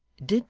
did